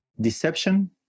deception